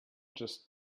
just